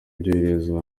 ibyoherezwa